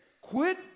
quit